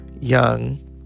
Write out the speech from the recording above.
young